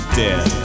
dead